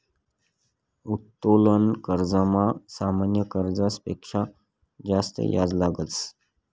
उत्तोलन कर्जमा सामान्य कर्जस पेक्शा जास्त याज लागस